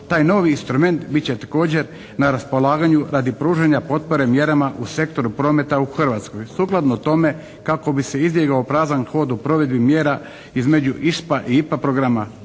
Taj novi instrument bit će također na raspolaganju radi pružanja potpore mjerama u sektoru prometa u Hrvatskoj. Sukladno tome kako bi se izdigao prazan hod u provedbi mjera između ISPA i IPA programa